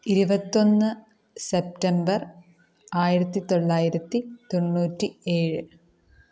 ഇരുപത്തൊന്ന് സെപ്റ്റംബർ ആയിരത്തിത്തൊള്ളായിരത്തി തൊണ്ണൂറ്റി ഏഴ്